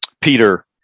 Peter